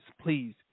please